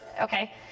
okay